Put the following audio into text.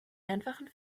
einfachen